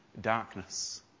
darkness